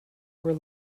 were